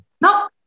No